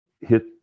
hit